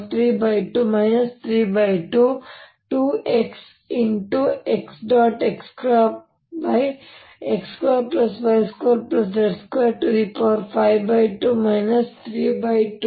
rr3 m